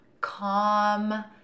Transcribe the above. calm